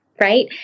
right